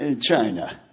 China